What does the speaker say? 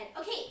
Okay